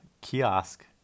kiosk